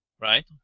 Right